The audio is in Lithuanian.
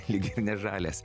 lyg ir ne žalias